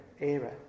era